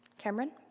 cameron?